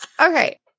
Okay